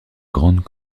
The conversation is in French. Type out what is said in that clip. grande